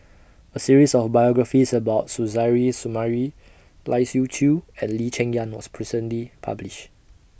A series of biographies about Suzairhe Sumari Lai Siu Chiu and Lee Cheng Yan was recently published